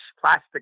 plastic